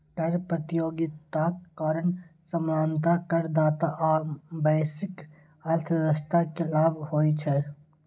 कर प्रतियोगिताक कारण सामान्यतः करदाता आ वैश्विक अर्थव्यवस्था कें लाभ होइ छै